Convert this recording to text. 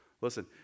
Listen